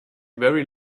very